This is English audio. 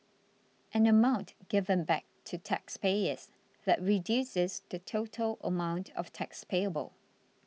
an amount given back to taxpayers that reduces the total amount of tax payable